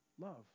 love